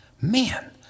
man